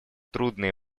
трудные